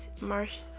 Marsh